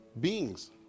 beings